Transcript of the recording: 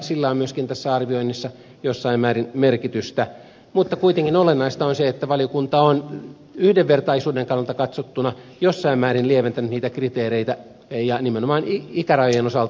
sillä on myöskin tässä arvioinnissa jossain määrin merkitystä mutta olennaista on kuitenkin se että valiokunta on yhdenvertaisuuden kannalta katsottuna jossain määrin lieventänyt niitä kriteereitä ja nimenomaan ikärajojen osalta